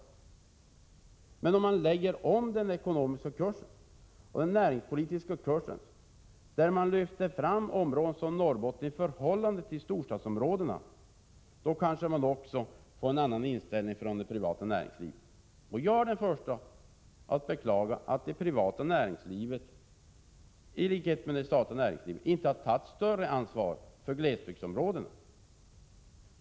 Om man i stället lägger om den ekonomiska och näringspolitiska kursen och därigenom lyfter fram områden som Norrbotten i förhållande till storstadsområdena kanske man också kan få en annan inställning inom det privata näringslivet. Jag är den förste att beklaga att det privata näringslivet, i likhet med den statliga näringsverksamheten, inte har tagit större ansvar för glesbygdsområdena.